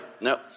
No